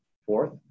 Fourth